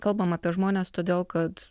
kalbam apie žmones todėl kad